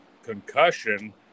Concussion